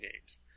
games